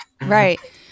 Right